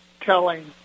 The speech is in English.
telling